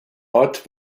ort